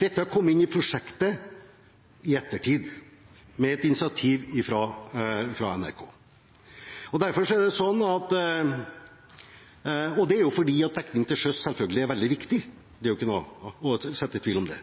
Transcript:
Det kom inn i prosjektet i ettertid etter et initiativ fra NRK, og det er fordi dekning til sjøs selvfølgelig er veldig viktig. Det er jo ikke noen tvil om det.